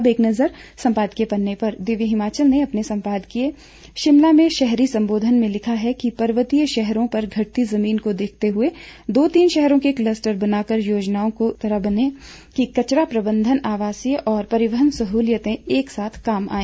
अब एक नज़र सम्पादकीय पन्ने पर दिव्य हिमाचल ने अपने सम्पादकीय शिमला के शहरी सम्बोधन में लिखा है कि पर्वतीय शहरों पर घटती जमीन को देखते हुए दो तीन शहरों के क्लस्टर बनाकर योजनाएं इस तरह बने कि कचरा प्रबंधन आवासीय तथा परिवहन सहूलियतें एक साथ काम आए